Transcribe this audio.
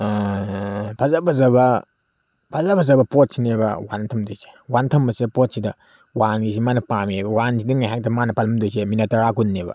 ꯐꯖ ꯐꯖꯕ ꯐꯖ ꯐꯖꯕ ꯄꯣꯠꯁꯤꯅꯦꯕ ꯋꯥꯟꯗ ꯊꯝꯗꯣꯏꯁꯦ ꯋꯥꯟꯗ ꯊꯝꯕꯁꯦ ꯄꯣꯠꯁꯤꯗ ꯋꯥꯟꯒꯤꯁꯤ ꯃꯥꯅ ꯄꯥꯝꯃꯦꯕ ꯋꯥꯟꯒꯤꯁꯤꯗ ꯉꯥꯏꯍꯥꯛꯁꯤꯗ ꯃꯥꯅ ꯄꯜꯂꯝꯗꯣꯏꯁꯦ ꯃꯤꯅꯠ ꯇꯔꯥ ꯀꯨꯟꯅꯦꯕ